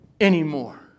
anymore